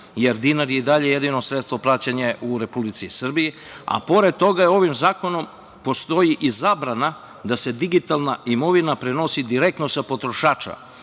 je dinar i dalje jedino sredstvo plaćanja u Republici Srbiji, a pored toga ovim zakonom postoji i zabrana da se digitalna imovina prenosi direktno sa potrošača